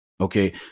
Okay